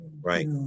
Right